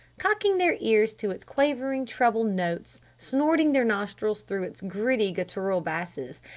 cocking their ears to its quavering treble notes snorting their nostrils through its gritty guttural basses,